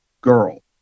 girl